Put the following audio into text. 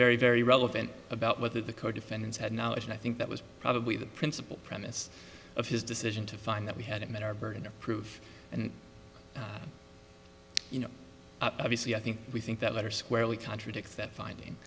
very very relevant about whether the co defendants had knowledge and i think that was probably the principal premise of his decision to find that he had met our burden of proof and you know obviously i think we think that letter squarely contradicts that finding